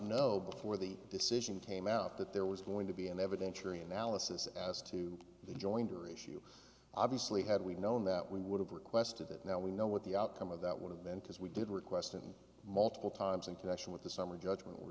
know before the decision tame out that there was going to be an evidentiary analysis as to the jointer issue obviously had we known that we would have requested it now we know what the outcome of that would have been to as we did request and multiple times in connection with the summary judgment were